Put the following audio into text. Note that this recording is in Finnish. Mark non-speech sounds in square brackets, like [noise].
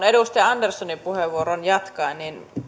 [unintelligible] edustaja anderssonin puheenvuorosta jatkaen